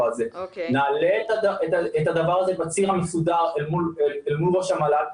נעלה את הדבר הזה בציר המסודר אל מול ראש המל"ל,